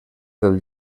del